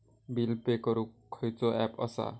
Bill pay करूक खैचो app असा?